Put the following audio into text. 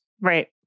Right